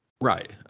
Right